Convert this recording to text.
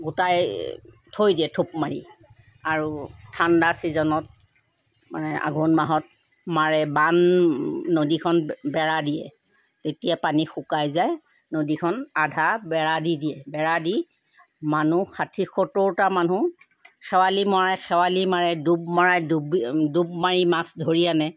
গোটাই থৈ দিয়ে থুপ মাৰি আৰু ঠাণ্ডা ছিজনত মানে আঘোণ মাহত মাৰে বান নদীখন বেৰা দিয়ে যেতিয়া নদীখন শুকাই যায় নদীখন আধা বেৰা দি দিয়ে বেৰা দি মানুহ ষাঠি সত্তৰটা মানুহ খেৱালি মৰাই খেৱালি মাৰে ডুব মৰাই ডু ডুব মাৰি মাছ ধৰি আনে